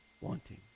wanting